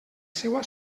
seua